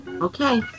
Okay